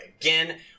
again